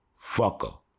fucker